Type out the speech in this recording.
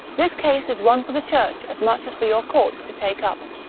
this case is one for the church as much as for your court to take up.